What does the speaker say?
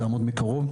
לעמוד מקרוב,